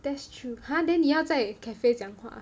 that's true !huh! then 你要在 cafe 讲话